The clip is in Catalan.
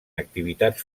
activitats